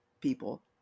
people